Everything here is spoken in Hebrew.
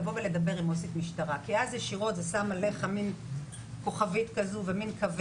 וחסימה לדבר עם עו"סית משטרה כי זה ישירות שם כוכבית וכוונת.